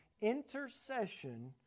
intercession